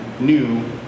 new